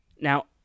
Now